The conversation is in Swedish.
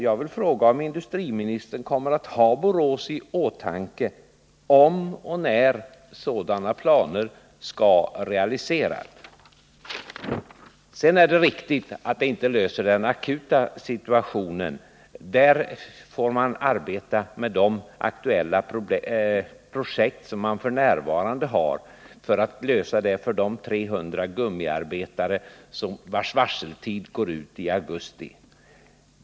Jag vill fråga om industriministern kommer att ha Borås i åtanke, om och när sådana planer skall realiseras. Sedan är det riktigt att en sådan satsning inte löser de akuta problem som uppkommer när varseltiden för 300 gummiarbetare går ut i augusti.